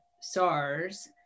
SARS